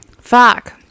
fuck